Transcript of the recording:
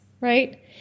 right